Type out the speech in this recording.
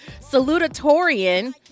salutatorian